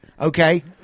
Okay